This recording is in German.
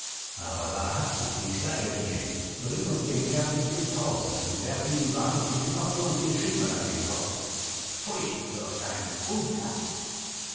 aber wahrhaftig ich sage dir bring uns den kerl nicht ins haus sie werfen ihm wahrlich die knochen und die schemel an den kopf pfui solch ein unflat